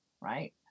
right